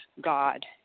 God